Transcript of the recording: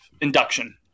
induction